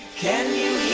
can you